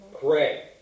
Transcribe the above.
pray